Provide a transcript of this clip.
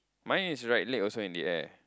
mine is right leg also in the air